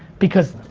because,